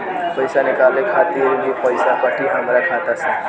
पईसा निकाले खातिर भी पईसा कटी हमरा खाता से?